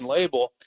label